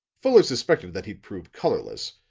fuller suspected that he'd prove colorless,